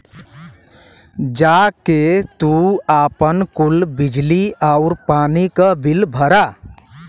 जा के तू आपन कुल बिजली आउर पानी क बिल भरा